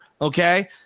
okay